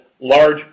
large